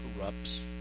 corrupts